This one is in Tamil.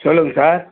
சொல்லுங்கள் சார்